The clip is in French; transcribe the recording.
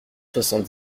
soixante